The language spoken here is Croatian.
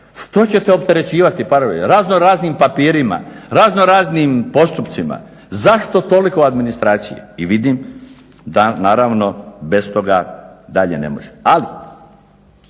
Što ćete opterećivati parove raznoraznim papirima, raznoraznim postupcima? Zašto toliko administracije? I vidim da naravno bez toga dalje ne može. Ali,